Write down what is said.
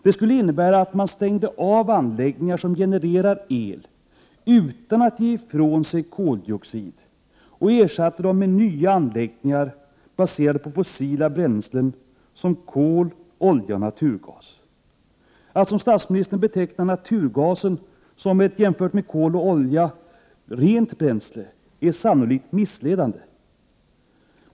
Det skulle innebära att man stängde av anläggningar som genererar el, utan att ge ifrån sig koldioxid, och ersatte dem med nya anläggningar, baserade på fossila bränslen som kol, olja och naturgas. Att, som statsministern gör, beteckna naturgasen som ett jämfört med kol och olja rent bränsle är sannolikt missledande.